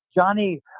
Johnny